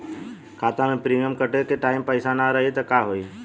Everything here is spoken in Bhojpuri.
खाता मे प्रीमियम कटे के टाइम पैसा ना रही त का होई?